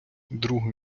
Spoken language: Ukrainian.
друг